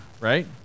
right